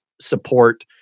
support